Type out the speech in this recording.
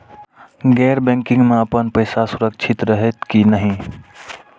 गैर बैकिंग में अपन पैसा सुरक्षित रहैत कि नहिं?